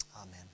Amen